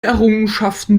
errungenschaften